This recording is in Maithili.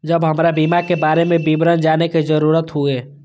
जब हमरा बीमा के बारे में विवरण जाने के जरूरत हुए?